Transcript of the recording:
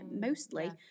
mostly